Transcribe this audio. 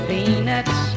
Peanuts